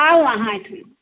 आउ अहाँ एहिठिमा